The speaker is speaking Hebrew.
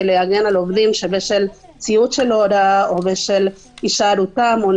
להגן על עובדים שבשל ציות להוראה או בשל הישארותם או